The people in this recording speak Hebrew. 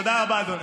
תודה רבה, אדוני.